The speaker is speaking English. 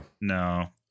no